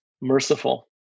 merciful